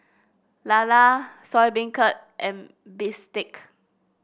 lala Soya Beancurd and bistake